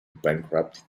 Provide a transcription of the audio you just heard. bankrupt